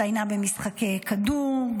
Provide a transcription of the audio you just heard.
הצטיינה במשחקי כדור,